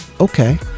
Okay